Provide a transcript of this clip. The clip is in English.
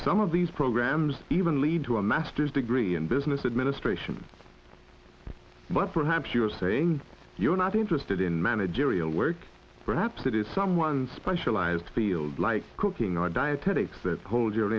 some of these programs even lead to a master's degree in business administration but perhaps you're saying you're not interested in managerial work perhaps it is someone specialized field like cooking or dietetics that hold your